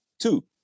two